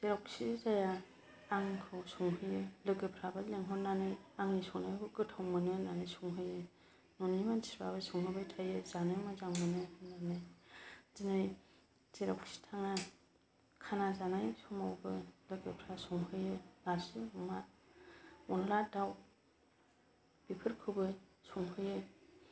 जेरावखि जाया आंखौ संहोयो लोगोफोराबो लिंहरनानै आंनि संनायखौ गोथाव मोनो होननानै संहोयो न'नि मानसिफोराबो संहोबाय थायो जानो मोजां मोनो होननानै दिनै जेरावखि थाङा खाना जानाय समावबो लोगोफोरा संहोयो नारजि अमा अन्दला दाउ बेफोरखौबो संहोयो